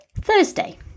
Thursday